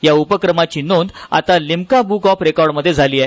या उपक्रमाची नोंद आता लिम्का बूक ऑफ रेकॉर्डमध्ये झाली आहे